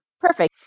Perfect